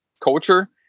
culture